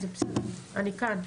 אני כאן.